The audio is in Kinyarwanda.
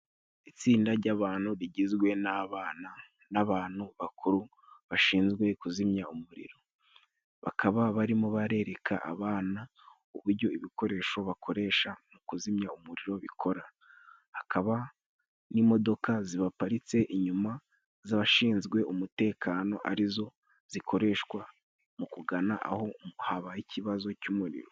Itsinda jy'abantu rigizwe n'abana n'abantu bakuru bashinzwe kuzimya umuriro, bakaba barimo barerereka abana ubujyo ibikoresho bakoresha mu kuzimya umuriro bikora. Hakaba n'imodoka zibaparitse inyuma z'abashinzwe umutekano arizo zikoreshwa mu kugana aho habaye ikibazo cy'umuriro.